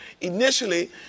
Initially